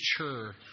mature